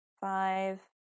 Five